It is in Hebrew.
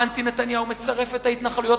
מר אנטי נתניהו מצרף את ההתנחלויות